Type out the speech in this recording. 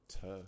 Tough